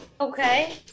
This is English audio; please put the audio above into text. Okay